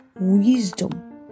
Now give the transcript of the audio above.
wisdom